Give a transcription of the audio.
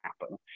happen